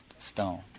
stone